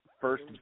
first